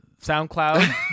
SoundCloud